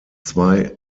zwei